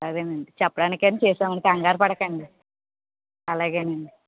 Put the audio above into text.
సరేనండి చెప్పడానికనే చేశాము కంగారు పడకండి అలాగేనండి